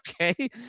okay